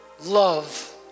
Love